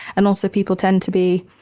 and also people tend to be